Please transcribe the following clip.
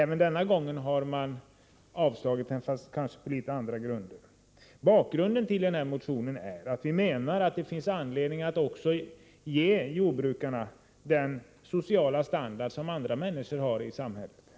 Även denna gång har man avstyrkt motionen, men kanske på litet andra grunder. Bakgrunden till motionen är att vi menar att det finns anledning att ge även jordbrukarna den sociala standard som andra människor i samhället har.